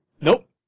Nope